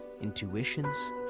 intuitions